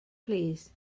plîs